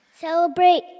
Celebrate